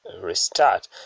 restart